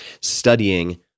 studying